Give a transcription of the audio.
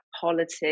politics